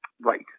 Right